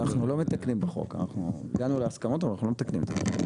אנחנו הגענו להסכמות אבל אנחנו לא מתקנים את החוק.